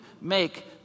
make